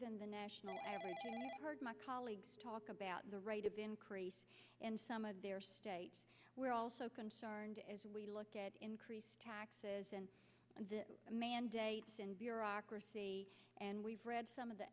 than the national average heard my colleagues talk about the rate of increase in some of their states we're also concerned as we look at increased taxes and the mandates and bureaucracy and we've read some of the